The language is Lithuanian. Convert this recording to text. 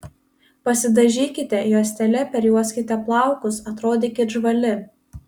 pasidažykite juostele perjuoskite plaukus atrodykit žvali